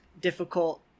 difficult